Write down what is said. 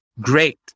Great